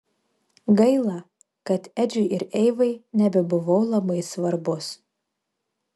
gaila kad edžiui ir eivai nebebuvau labai svarbus